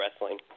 wrestling